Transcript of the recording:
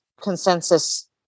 consensus